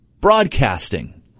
Broadcasting